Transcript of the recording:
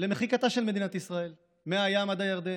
למחיקתה של מדינת ישראל מהים עד הירדן,